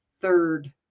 third